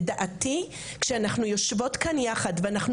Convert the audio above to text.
לדעתי בעוד אנחנו יושבות כאן יחד ואנחנו